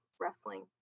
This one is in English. wrestling